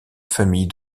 famille